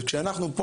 כשאנחנו פה,